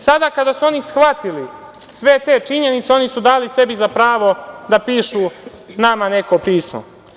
Sada kada su oni shvatili sve te činjenice, oni su dali sebi za pravo da pišu nama neko pismo.